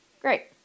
great